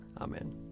Amen